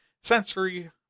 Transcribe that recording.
sensory